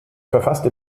verfasste